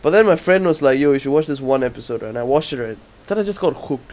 but then my friend was like yo you should watch this one episode right and I watched right then I just got hooked